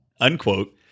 unquote